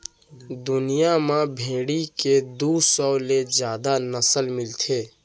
दुनिया म भेड़ी के दू सौ ले जादा नसल मिलथे